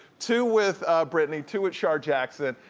two with britney, two with shar jackson,